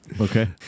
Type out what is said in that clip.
Okay